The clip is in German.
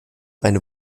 eine